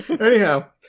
Anyhow